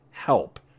Help